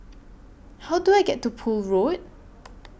How Do I get to Poole Road